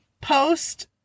post